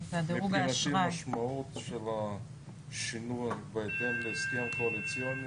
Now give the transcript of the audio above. מבחינתי המשמעות של השינוי בהתאם להסכם הקואליציוני